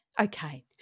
Okay